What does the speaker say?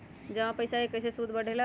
जमा पईसा के कइसे सूद बढे ला?